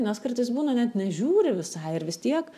nes kartais būna net nežiūri visai vis tiek